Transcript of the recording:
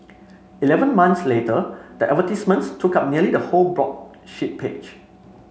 eleven months later the advertisements took up nearly the whole broadsheet page